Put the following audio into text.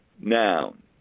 noun